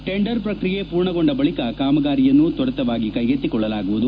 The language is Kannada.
ಟೆಂಡರ್ ಪ್ರಕ್ರಿಯೆ ಪೂರ್ಣಗೊಂಡ ನಂತರ ಕಾಮಗಾರಿಯನ್ನು ತ್ವರಿತವಾಗಿ ಕೈಗೆತ್ತಿಕೊಳ್ಳಲಾಗುವುದು